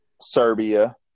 Serbia